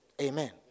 Amen